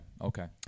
okay